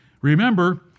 Remember